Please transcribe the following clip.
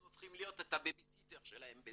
אנחנו הופכים להיות ה"בייביסיטר" שלהם.